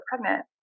pregnant